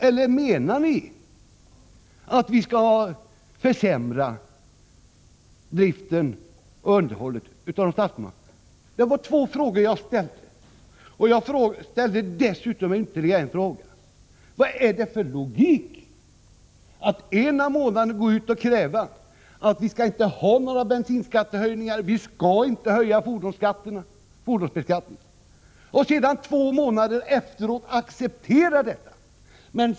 Eller menar ni att vi skall försämra driften och underhållet av de statskommunala vägarna? Jag ställde dessa frågor, och jag ställde dessutom följande fråga: Vad är det för logik i att ena månaden kräva att vi inte skall ha några bensinskattehöjningar och att vi inte skall höja fordonsbeskattningen, men att sedan två månader efteråt acceptera dessa saker?